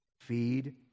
Feed